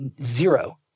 zero